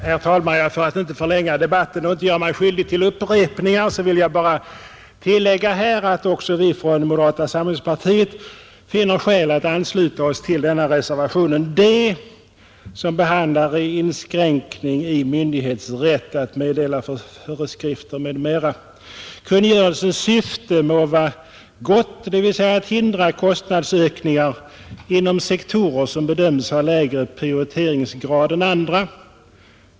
Herr talman! För att inte förlänga debatten och för att inte göra mig skyldig till upprepning vill jag bara tillägga, att också vi från moderata samlingspartiet finner skäl att ansluta oss till reservationen D som Nr 87 behandlar kungörelsen om inskränkning av myndighets rätt att meddela Fredagen den föreskrifter m.m. Kungörelsens syfte må vara gott, dvs. att hindra 14 maj 1971 kostnadsökningar inom sektorer som bedöms ha lägre prioritetsgrad än —>—— andra.